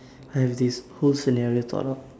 I have this whole scenario thought out